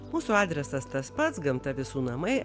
mūsų adresas tas pats gamta visų namai